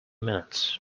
minutes